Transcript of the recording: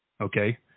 Okay